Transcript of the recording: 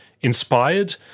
inspired